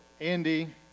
Andy